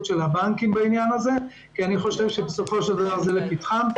הבנקים בעניין הזה כי בסופו של דבר לפתחם.